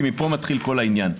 כי מפה מתחיל כל העניין.